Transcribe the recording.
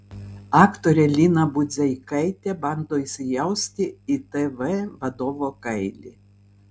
aktorė lina budzeikaitė bando įsijausti į tv vadovo kailį